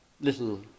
little